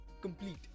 complete